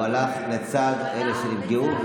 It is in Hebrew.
הוא הלך לצד אלה שנפגעו,